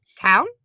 Town